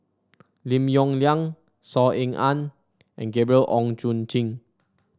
Lim Yong Liang Saw Ean Ang and Gabriel Oon Chong Jin